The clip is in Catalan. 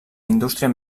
indústria